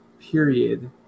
period